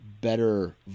better